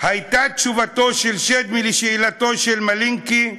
הייתה תשובתו של שדמי לשאלתו של מלינקי,